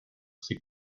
ses